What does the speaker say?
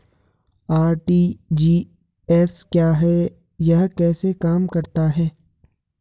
RTGS क्या है यह कैसे काम करता है?